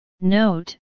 Note